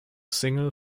single